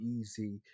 easy